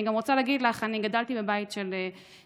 אני גם רוצה להגיד לך, אני גדלתי בבית של חינוך.